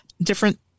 different